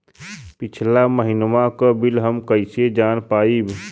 पिछला महिनवा क बिल हम कईसे जान पाइब?